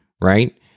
right